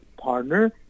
partner